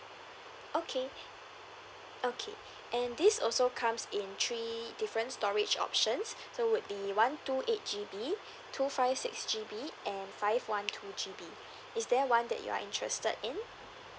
okay okay and this also comes in three different storage options so would be one two eight G_B two five six G_B and five one two G_B is there one that you are interested in